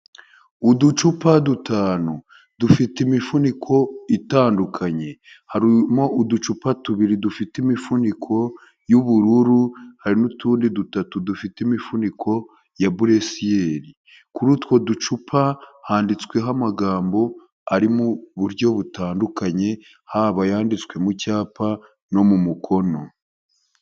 Uducupa dutanu, dufite imifuniko itandukanye, harimo uducupa tubiri dufite imifuniko y'ubururu, hari n'utundi dutatu dufite imifuniko ya bureciyeri, kuri utwo ducupa handitsweho amagambo ari mu buryo butandukanye, haba ayanditswe mu cyapa no mu mukono.